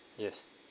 yes